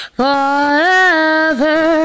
forever